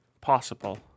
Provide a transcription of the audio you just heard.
possible